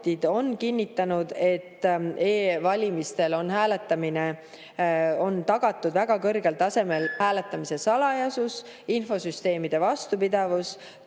on kinnitanud, et e‑valimistel on hääletamisel tagatud väga kõrgel tasemel hääletamise salajasus, infosüsteemide vastupidavus,